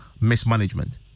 mismanagement